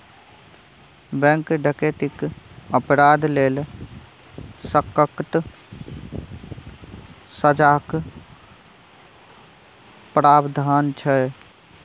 bank डकैतीक अपराध लेल सक्कत सजाक प्राबधान छै